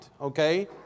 okay